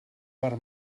per